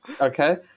okay